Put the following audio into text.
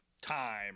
time